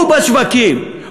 הוא בשווקים,